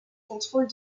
contrôle